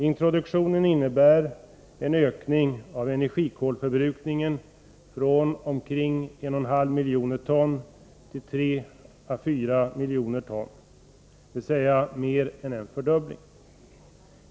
Introduktionen innebär en ökning av energikolförbrukningen från omkring 1,5 till 3 å 4 miljoner ton, dvs. mer än en fördubbling.